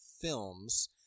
films